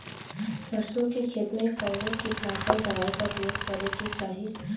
सरसों के खेत में कवने कीटनाशक दवाई क उपयोग करे के चाही?